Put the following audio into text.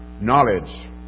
knowledge